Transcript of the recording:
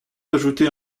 d’ajouter